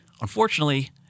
Unfortunately –